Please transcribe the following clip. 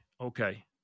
okay